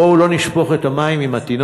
בואו לא נשפוך את המים עם התינוק,